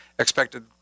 Expected